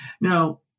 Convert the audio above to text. Now